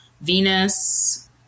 Venus